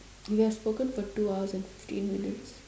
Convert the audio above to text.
we have spoken for two hours and fifteen minutes